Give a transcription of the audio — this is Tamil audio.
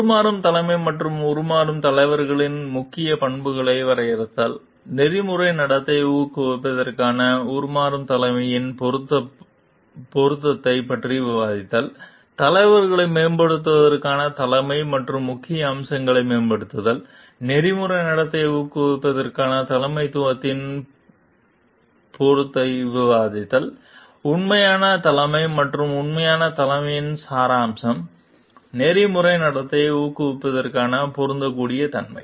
உருமாறும் தலைமை மற்றும் உருமாறும் தலைவர்களின் முக்கிய பண்புகளை வரையறுத்தல் நெறிமுறை நடத்தை ஊக்குவிப்பதற்கான உருமாறும் தலைமையின் பொருத்தத்தைப் பற்றி விவாதித்தல் தலைவர்களை மேம்படுத்துவதற்கான தலைமை மற்றும் முக்கிய அம்சங்களை மேம்படுத்துதல் நெறிமுறை நடத்தை ஊக்குவிப்பதற்கான தலைமைத்துவத்தின் பொருத்தத்தை விவாதித்தல் உண்மையான தலைமை மற்றும் உண்மையான தலைமையின் சாராம்சம் நெறிமுறை நடத்தை ஊக்குவிப்பதற்கான பொருந்தக்கூடிய தன்மை